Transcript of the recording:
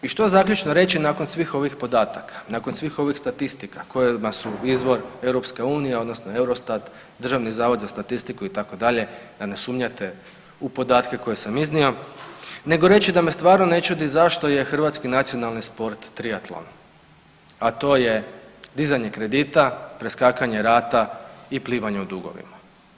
I što zaključno reći nakon svih ovih podataka, nakon svih ovih statistika kojima su izvor Europska unija odnosno Eurostat, Državni zavod za statistiku itd. da ne sumnjate u podatke koje sam iznio, nego reći da me stvarno ne čudi zašto je hrvatski nacionalni sport trijatlon a to je dizanje kredita, preskakanje rata i plivanje u dugovima.